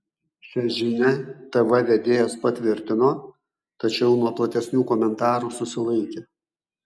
šią žinią tv vedėjas patvirtino tačiau nuo platesnių komentarų susilaikė